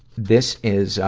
this is,